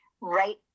right